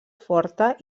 forta